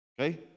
Okay